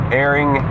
airing